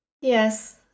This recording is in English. Yes